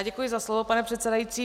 Děkuji za slovo, pane předsedající.